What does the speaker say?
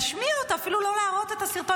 להשמיע אותה, אפילו לא להראות את הסרטון.